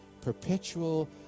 perpetual